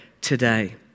today